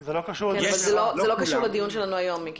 זה לא קשור לדיון שלנו היום, מיקי.